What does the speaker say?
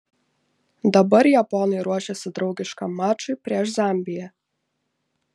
dabar japonai ruošiasi draugiškam mačui prieš zambiją